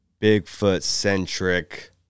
Bigfoot-centric